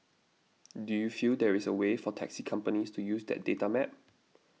do you feel there is a way for taxi companies to use that data map